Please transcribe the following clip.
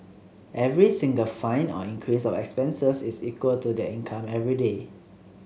every single fine or increase of expenses is equal to their income everyday